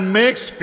makes